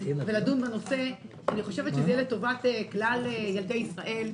זה יהיה לטובת כלל ילדי ישראל,